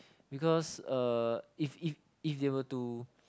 because uh if if if they were to